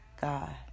God